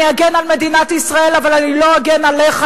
אני אגן על מדינת ישראל, אבל אני לא אגן עליך,